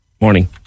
Morning